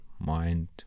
mind